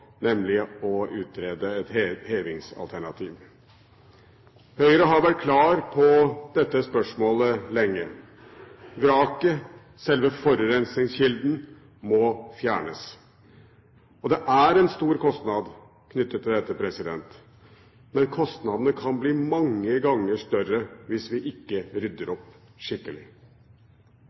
nemlig å utrede et hevingsalternativ. Høyre har vært klar på dette spørsmålet lenge, vraket – selve forurensningskilden – må fjernes. Det er en stor kostnad knyttet til dette, men kostnadene kan bli mange ganger større hvis vi ikke rydder opp skikkelig.